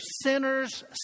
sinners